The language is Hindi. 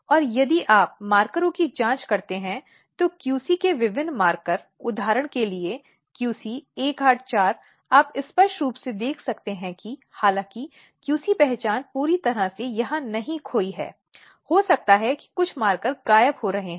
और यदि आप मार्करों की जांच करते हैं तो QC के विभिन्न मार्कर उदाहरण के लिए QC 184 आप स्पष्ट रूप से देख सकते हैं कि हालांकि QC पहचान पूरी तरह से यहां नहीं खोई है हो सकता है कि कुछ मार्कर गायब हो रहे हों